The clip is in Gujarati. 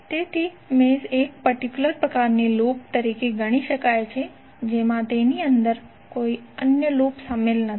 તેથી મેશ એક પર્ટિક્યુલર પ્રકારની લૂપ તરીકે ગણી શકાય જેમાં તેની અંદર કોઈ અન્ય લૂપ શામેલ નથી